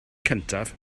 cyntaf